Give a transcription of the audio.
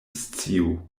sciu